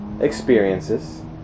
experiences